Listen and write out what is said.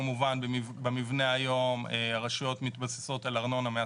במבנה היום רשויות מתבססות על ארנונה מעסקים,